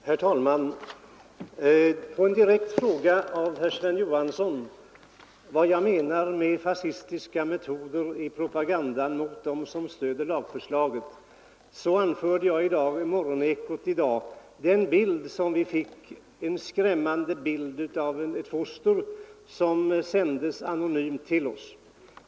Herr talman! På herr Sven Johanssons direkta fråga, vad jag menar med fascistiska metoder i propagandan mot dem som stöder lagförslaget, vill jag svara att jag i radions morgoneko i dag talade om en skrämmande bild av ett foster, vilken sänts anonymt till oss.